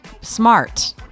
Smart